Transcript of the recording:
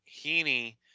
Heaney